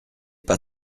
pas